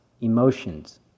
emotions